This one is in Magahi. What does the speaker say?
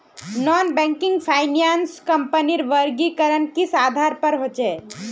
नॉन बैंकिंग फाइनांस कंपनीर वर्गीकरण किस आधार पर होचे?